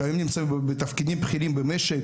נמצאים בתפקידים בכירים במשק.